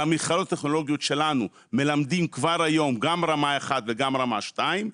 במכללות הטכנולוגיות שלנו מלמדים כבר היום גם רמה 1 וגם רמה 2,